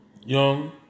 Young